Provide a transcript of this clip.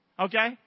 Okay